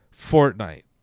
Fortnite